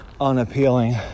unappealing